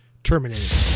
terminated